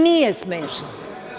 Nije smešno.